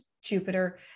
jupiter